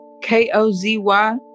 K-O-Z-Y